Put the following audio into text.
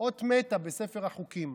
אות מתה בספר החוקים,